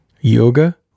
Yoga